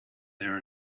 there